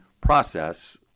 process